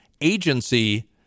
agency